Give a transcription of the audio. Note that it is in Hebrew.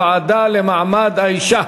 לוועדה למעמד האישה.